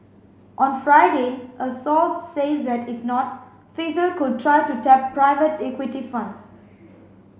on Friday a source said that if not Pfizer could try to tap private equity funds